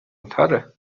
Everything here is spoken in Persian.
تره